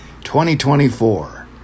2024